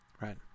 right